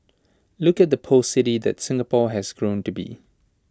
look at the post city that Singapore has grown to be